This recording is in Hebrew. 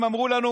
הם אמרו לנו: